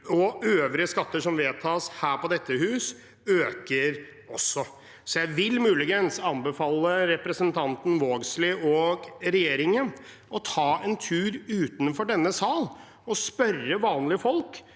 og øvrige skatter som vedtas her på dette huset, øker også. Så jeg vil anbefale representanten Vågslid og regjeringen å ta en tur utenfor denne sal å spørre vanlige folk: